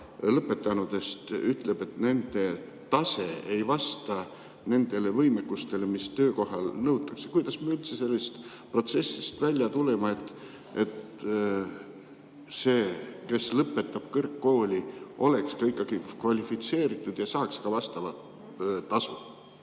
lõpetanutest ütleb, et nende tase ei vasta nendele võimekustele, mida töökohal nõutakse. Kuidas me üldse sellest protsessist välja tuleme, et see, kes lõpetab kõrgkooli, oleks ka kvalifitseeritud ja saaks vastavat tasu?